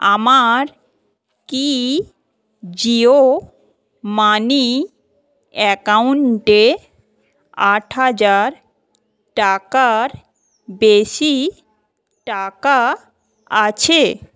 আমার কি জিও মানি অ্যাকাউন্টে আট হাজার টাকার বেশি টাকা আছে